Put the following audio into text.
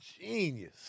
genius